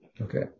Okay